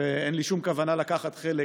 ואין לי שום כוונה לקחת חלק